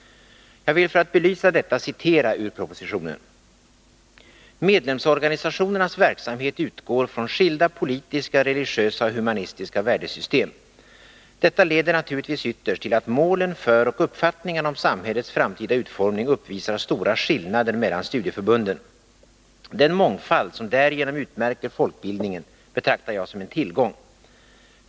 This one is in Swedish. Jag vill för att belysa detta citera ur propositionen: ”Medlemsorganisationernas verksamhet utgår från skilda politiska, religiösa och humanistiska värdesystem. Detta leder naturligtvis ytterst till att målen för och uppfattningarna om samhällets framtida utformning uppvisar stora skillnader mellan studieförbunden. Den mångfald som därigenom utmärker folkbildningen betraktar jag som en tillgång.